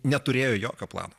neturėjo jokio plano